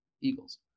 Eagles